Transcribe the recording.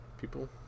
People